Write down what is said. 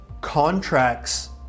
contracts